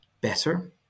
better